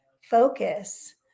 focus